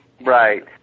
right